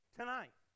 tonight